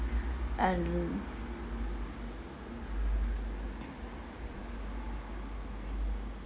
and